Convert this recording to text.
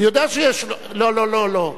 אני יודע שיש, לא לא לא לא.